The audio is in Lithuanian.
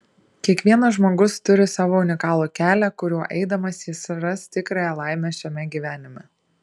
kiekvienas žmogus turi savo unikalų kelią kuriuo eidamas jis ras tikrąją laimę šiame gyvenime